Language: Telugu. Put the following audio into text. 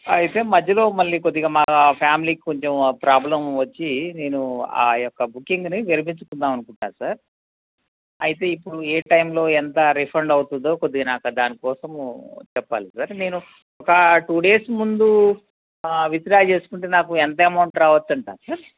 అయితే మధ్యలో మళ్ళీ కొద్దిగా మా ఫ్యామిలీకి కొంచెం ప్రాబ్లం వచ్చి నేను ఆ యొక్క బుకింగ్ని విరమించుకుందామనుకుంటున్నాను సార్ అయితే ఇప్పుడు ఏ టైంలో ఎంత రీఫండ్ అవుతుందో కొద్దిగా నాకు దాని కోసము చెప్పాలి సార్ నేను ఒక టూ డేస్ ముందు విత్డ్రా చేసుకుంటే నాకు ఎంత అమౌంట్ రావచ్చాంటారు సార్